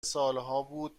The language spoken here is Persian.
سالهابود